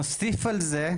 נוסיף על זה,